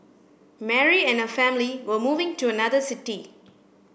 Mary and her family were moving to another city